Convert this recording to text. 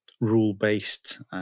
rule-based